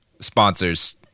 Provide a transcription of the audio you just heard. sponsors